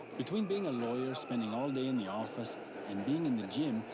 between being a lawyer, spending all day in the office you know and being in the gym,